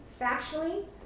factually